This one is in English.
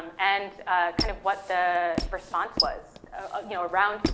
and kind of what the response was, ah you know, around,